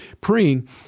praying